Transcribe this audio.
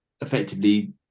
effectively